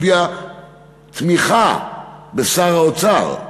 הביע תמיכה בשר האוצר,